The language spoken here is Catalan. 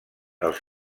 als